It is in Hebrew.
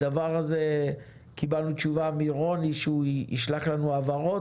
על הדבר הזה קיבלנו תשובה מרוני שהוא ישלח לנו הבהרות,